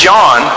John